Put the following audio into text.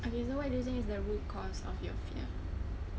okay so why do you think is the root cause of your fear